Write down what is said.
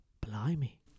blimey